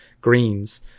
greens